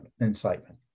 incitement